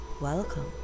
welcome